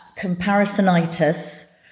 comparisonitis